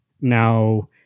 now